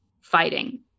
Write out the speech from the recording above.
fighting